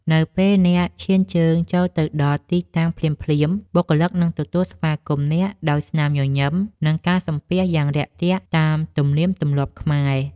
នៅពេលអ្នកឈានជើងចូលទៅដល់ទីតាំងភ្លាម បុគ្គលិកនឹងទទួលស្វាគមន៍អ្នកដោយស្នាមញញឹម និងការសំពះយ៉ាងរាក់ទាក់តាមទំនៀមទម្លាប់ខ្មែរ។